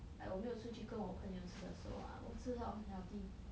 like 我没有出去跟我朋友吃的时候 ah 我吃到很 healthy